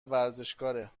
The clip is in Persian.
ورزشکاره